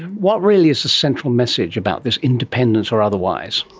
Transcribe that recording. what really is the central message about this independence or otherwise?